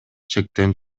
чектен